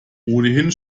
ohnehin